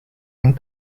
yang